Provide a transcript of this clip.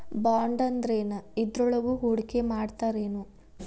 ಬಾಂಡಂದ್ರೇನ್? ಇದ್ರೊಳಗು ಹೂಡ್ಕಿಮಾಡ್ತಾರೇನು?